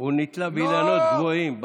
הוא נתלה באילנות גבוהים,